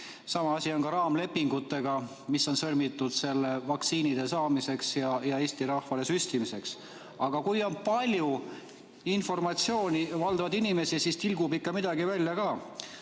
Sama asi on raamlepingutega, mis on sõlmitud vaktsiinide saamiseks ja nende Eesti rahvale süstimiseks. Aga kui on palju informatsiooni valdavaid inimesi, siis tilgub midagi ikka välja ka.